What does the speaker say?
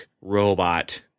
robot